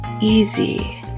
easy